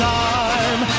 time